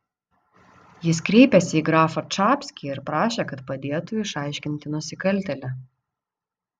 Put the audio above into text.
jis kreipėsi į grafą čapskį ir prašė kad padėtų išaiškinti nusikaltėlį